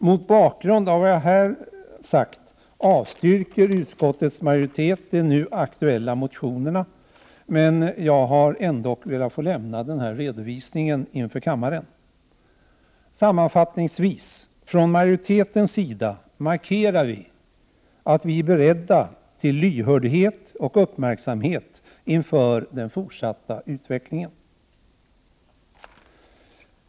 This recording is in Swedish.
Mot bakgrund av vad jag här har sagt avstyrker utskottets majoritet de nu aktuella motionerna, men jag har ändock velat lämna den här redovisningen inför kammaren. Sammanfattningsvis vill jag säga att från majoritetens sida markerar vi att vi är beredda till lyhördhet och uppmärksamhet inför den fortsatta utvecklingen.